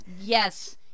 Yes